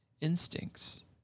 instincts